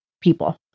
people